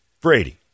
Brady